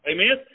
Amen